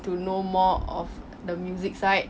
to know more of the music side